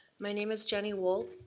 my name is jenny wolt.